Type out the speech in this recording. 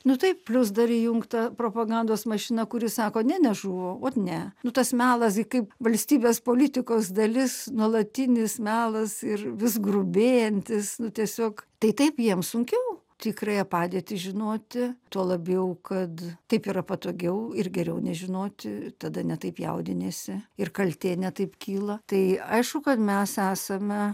nu taip plius dar įjungta propagandos mašina kuri sako ne nežuvo ot ne nu tas melas gi kaip valstybės politikos dalis nuolatinis melas ir vis grubėjantis nu tiesiog tai taip jiem sunkiau tikrąją padėtį žinoti tuo labiau kad taip yra patogiau ir geriau nežinoti tada ne taip jaudiniesi ir kaltė ne taip kyla tai aišku kad mes esame